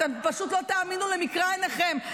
אתם פשוט לא תאמינו למקרא עיניכם.